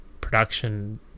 production